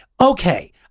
Okay